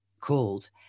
called